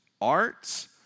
arts